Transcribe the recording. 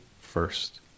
first